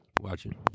watching